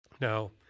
Now